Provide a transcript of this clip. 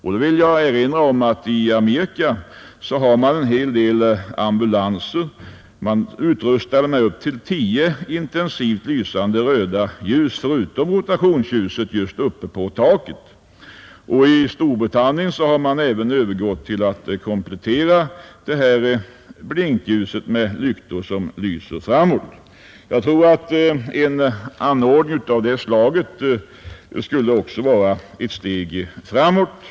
Jag vill erinra om att man i Amerika utrustar en del ambulanser med upp till tio intensivt lysande röda ljus förutom rotationsljuset uppe på taket. I Storbritannien har man övergått till att komplettera blinkljuset med lyktor som lyser framåt. Jag tror att en anordning av detta slag skulle innebära ett steg framåt.